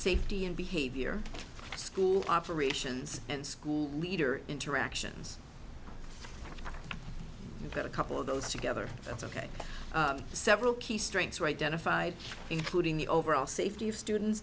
safety and behavior school operations and school leader interactions you put a couple of those together that's ok several key strengths are identified including the overall safety of students